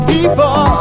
People